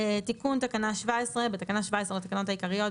טל פוקס) תיקון תקנה 17 2. בתקנה 17 לתקנות העיקריות,